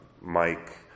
Mike